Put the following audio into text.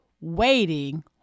Waiting